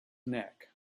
neck